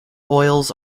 oils